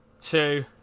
two